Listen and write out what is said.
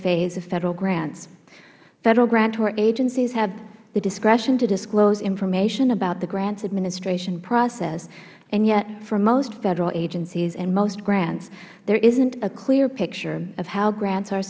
phase of federal grants federal grantor agencies have the discretion to disclose information about the grants administration process yet for most federal agencies and most grants there isnt a clear picture of how grants are